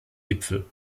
gipfel